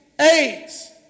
AIDS